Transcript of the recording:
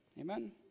Amen